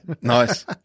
Nice